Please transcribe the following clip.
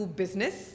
business